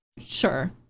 Sure